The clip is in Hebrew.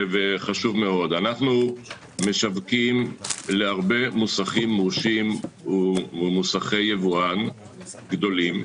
חשוב מאוד אנחנו משווקים להרבה מוסכים מורשים ומוסכי יבואן גדולים.